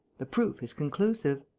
the proof is conclusive.